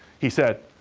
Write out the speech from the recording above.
he said,